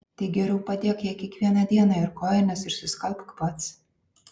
tai geriau padėk jai kiekvieną dieną ir kojines išsiskalbk pats